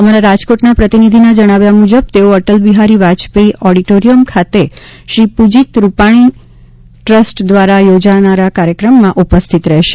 અમારા રાજકોટના પ્રતિનિધિના જણાવ્યા મુજબ તેઓ અટલબિહારી વાજપેયી ઓડિટોરિયમ ખાતે શ્રી પુજીત રૂપાણી ટ્રસ્ટ દ્વારા યોજનારા કાર્યક્રમમાં ઉપસ્થિત રહેશે